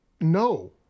No